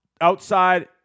outside